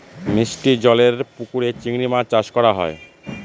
মিষ্টি জলেরর পুকুরে চিংড়ি মাছ চাষ করা হয়